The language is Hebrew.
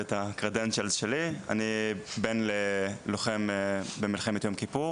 אני בן ללוחם במלחמת יום כיפור.